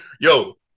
yo